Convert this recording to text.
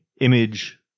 image